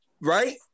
right